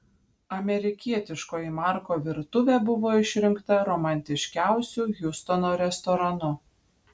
amerikietiškoji marko virtuvė buvo išrinkta romantiškiausiu hjustono restoranu